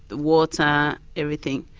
water, everything.